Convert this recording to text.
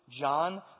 John